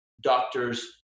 doctors